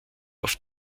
auf